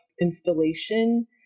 installation